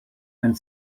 and